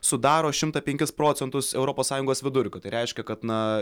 sudaro šimtą penkis procentus europos sąjungos vidurkio tai reiškia kad na